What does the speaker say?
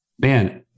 man